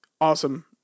awesome